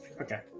Okay